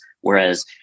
Whereas